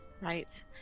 Right